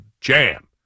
jam